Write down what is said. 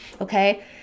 okay